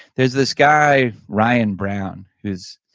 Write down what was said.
there's this guy ryan brown is